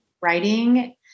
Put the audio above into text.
writing